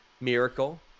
Miracle